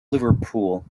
liverpool